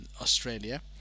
Australia